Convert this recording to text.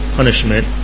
punishment